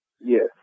Yes